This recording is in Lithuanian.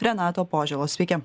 renato požėlos sveiki